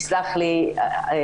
יסלח לי האל,